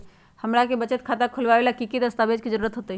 हमरा के बचत खाता खोलबाबे ला की की दस्तावेज के जरूरत होतई?